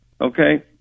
Okay